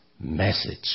message